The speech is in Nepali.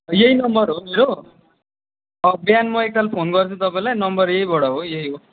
यै नम्बर हो मेरो अँ बिहान म एकताल फोन गर्छु तपाँईलाई नम्बर यहीबाट हो यही हो